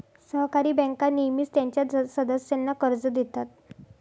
सहकारी बँका नेहमीच त्यांच्या सदस्यांना कर्ज देतात